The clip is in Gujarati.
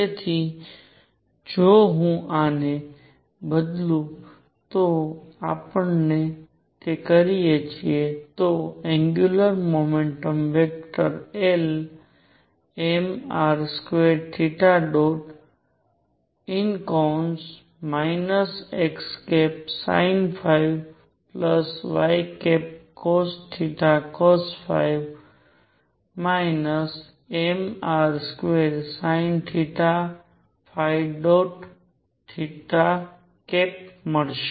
તેથી જો હું આને બદલુ તો આપણે તે કરીએ તો angular momentum vector L mr2 xsinϕycos mr2sinθ મળશે